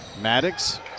Maddox